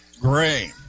Gray